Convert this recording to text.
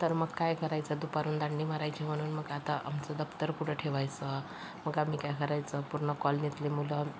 तर मग काय करायचं दुपारहून दांडी मारायची म्हणून मग आता आमचं दप्तर कुठे ठेवायचं मग आम्ही काय करायचं पूर्ण कॉलनीतली मुलं